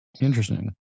Interesting